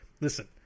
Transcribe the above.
Listen